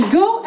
go